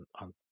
on